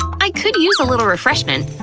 i could use a little refreshment!